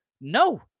No